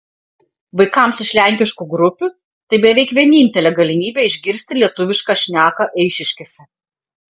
vaikams iš lenkiškų grupių tai beveik vienintelė galimybė išgirsti lietuvišką šneką eišiškėse